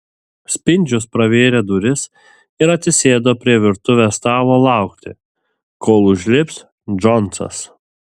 spindžius pravėrė duris ir atsisėdo prie virtuvės stalo laukti kol užlips džonsas